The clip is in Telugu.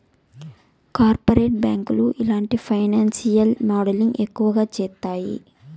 కార్పొరేట్ బ్యాంకులు ఇలాంటి ఫైనాన్సియల్ మోడలింగ్ ఎక్కువ చేత్తాయి